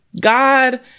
God